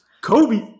Kobe